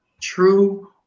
True